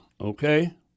okay